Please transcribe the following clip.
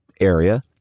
area